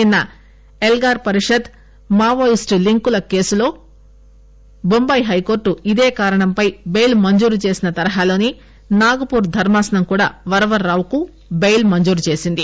నిన్న Elgar Parishad Maoist లింకుల కేసులో టొంబాయి హైకోర్టు ఇదే కారణంపై బియిల్ మంజురు చేసిన తరహాలోనే నాగపూర్ ధర్మాసనం కూడా వరవరరావుకు బెయిల్ మంజూరు చేసింది